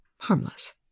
harmless